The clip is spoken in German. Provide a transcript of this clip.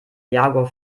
jaguar